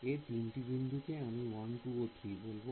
এর তিনটি বিন্দু কে আমি 1 2 ও 3 বলবো